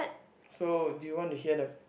so do you want to hear the